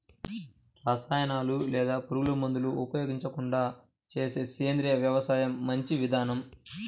రసాయనాలు లేదా పురుగుమందులు ఉపయోగించకుండా చేసే సేంద్రియ వ్యవసాయం మంచి విధానం